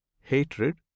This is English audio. hatred